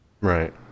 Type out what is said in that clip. Right